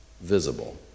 visible